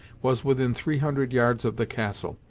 was within three hundred yards of the castle,